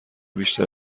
بیشتر